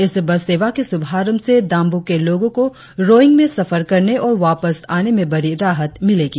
इस बस सेवा के शुभारंभ से दाम्बुक के लोगों को रोईंग में सफर करने और वापस आने में बड़ी राहत मिलेगी